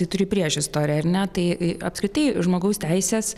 ji turi priešistorę ar ne tai apskritai žmogaus teisės